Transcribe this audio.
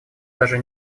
даже